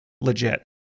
legit